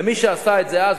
למי שעשה את זה אז,